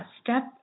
step